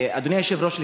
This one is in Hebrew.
אדוני היושב-ראש,